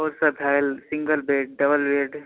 सब भेल single bed double bed